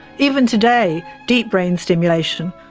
even today, deep brain stimulation,